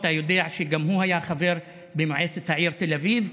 אתה יודע שגם הוא היה חבר במועצת העיר תל אביב,